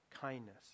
kindness